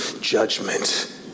judgment